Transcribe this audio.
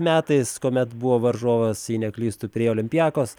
metais kuomet buvo varžovas jei neklystu pirėjo olimpiakos